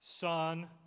Son